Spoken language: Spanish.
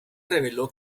reveló